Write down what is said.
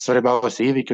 svarbiausių įvykių